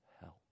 help